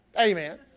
Amen